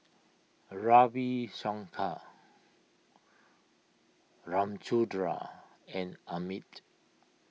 Ravi Shankar Ramchundra and Amit